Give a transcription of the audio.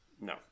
No